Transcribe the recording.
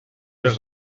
els